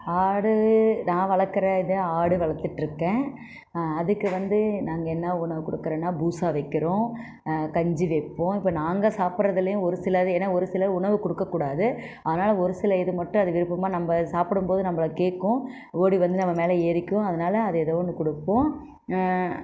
ஆடு நான் வளர்க்கறன் இது ஆடு வளர்த்துட்ருக்கேன் அதுக்கு வந்து நாங்கள் என்ன உணவு கொடுக்கறனா பூஸா வைக்கிறோம் கஞ்சி வைப்போம் இப்போ நாங்கள் சாப்படறதுலேயும் ஒரு சிலது ஏன்னா ஒரு சில உணவு கொடுக்கக்கூடாது அதனால ஒரு சில இது மட்டும் அது விருப்பமாக நம்ம சாப்பிடும்போது நம்மள கேட்கும் ஓடி வந்து நம்ம மேலே ஏறிக்கும் அதனால அது எதோ ஒன்று கொடுப்போம்